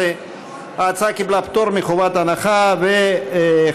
62, אין מתנגדים או נמנעים.